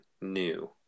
new